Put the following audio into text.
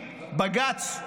בג"ץ,